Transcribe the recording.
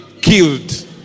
killed